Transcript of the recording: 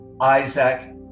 Isaac